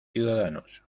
ciudadanos